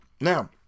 now